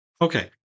Okay